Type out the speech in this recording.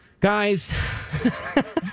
Guys